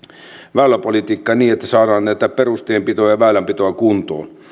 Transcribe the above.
väyläpolitiikkaan niin että saadaan perustienpitoa ja väylänpitoa kuntoon